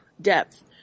depth